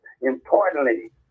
Importantly